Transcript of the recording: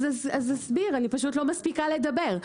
אז אסביר, אני פשוט לא מספיקה לדבר.